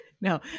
No